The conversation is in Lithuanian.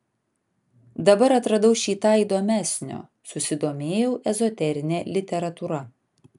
dabar atradau šį tą įdomesnio susidomėjau ezoterine literatūra